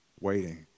waiting